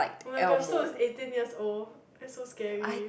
oh-my-gosh so it's eighteen years old that's so scary